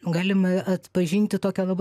galima atpažinti tokią labai